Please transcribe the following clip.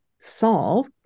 solve